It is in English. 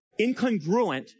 incongruent